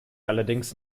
allerdings